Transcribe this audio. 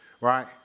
right